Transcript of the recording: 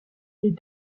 les